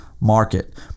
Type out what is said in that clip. market